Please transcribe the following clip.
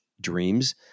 dreams